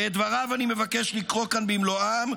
ואת דבריו אני מבקש לקרוא כאן במלואם,